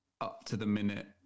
up-to-the-minute